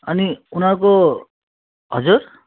अनि उनीहरूको हजुर